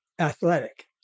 athletic